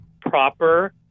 proper